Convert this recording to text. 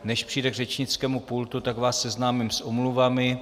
Než přijde k řečnickému pultu, tak vás seznámím s omluvami.